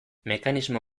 mekanismo